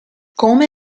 come